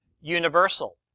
universal